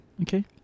Okay